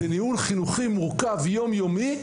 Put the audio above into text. זה ניהול חינוכי מורכב יומיומי,